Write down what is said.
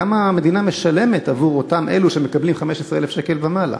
כמה המדינה משלמת עבור אותם אלו שמקבלים 15,000 שקל ומעלה.